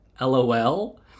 lol